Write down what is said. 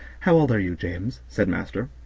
how old are you, james? said master.